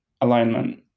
alignment